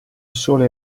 sole